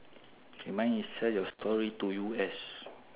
K mine is sell your story to U_S